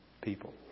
people